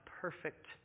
perfect